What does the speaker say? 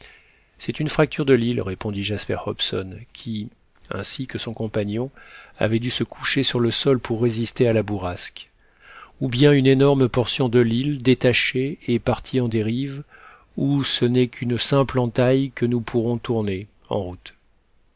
c'est une fracture de l'île répondit jasper hobson qui ainsi que son compagnon avait dû se coucher sur le sol pour résister à la bourrasque ou bien une énorme portion de l'île détachée est partie en dérive ou ce n'est qu'une simple entaille que nous pourrons tourner en route